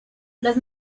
los